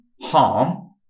harm